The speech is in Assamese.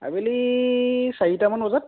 আবেলি চাৰিটামান বজাত